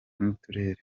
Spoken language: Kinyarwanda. n’uturere